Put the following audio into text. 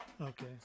okay